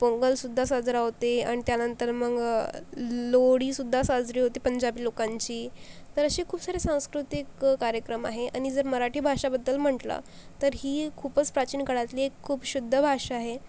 पोंगलसुद्धा साजरा होते आणि त्यानंतर मग लोढीसुद्धा साजरी होती पंजाबी लोकांची तर असे खूप सारे सांस्कृतिक कार्यक्रम आहे आणि जर मराठी भाषाबद्दल म्हटलं तर ही खूपच प्राचीन काळातली एक खूप शुद्ध भाषा आहे